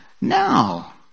Now